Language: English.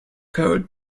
code